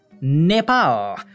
Nepal